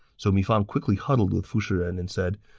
so mi fang quickly huddled with fu shiren and said,